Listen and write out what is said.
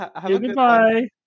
Goodbye